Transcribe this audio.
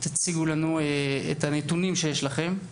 תציגו לנו את הנתונים שיש לכם.